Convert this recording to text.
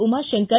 Umashankar